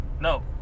No